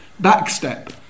backstep